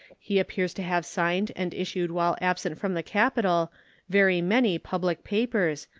he appears to have signed and issued while absent from the capital very many public papers,